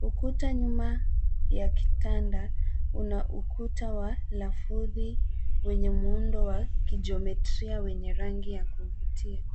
Ukuta nyuma ya kitanda una ukuta wa lafudhi wenye muundo wa kijiometria wenye rangi ya kuvutia.